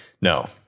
No